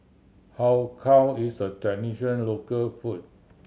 Har Kow is a tradition local food